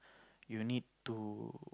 you need to